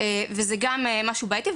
אז זה גם דבר שהוא מאוד בעייתי.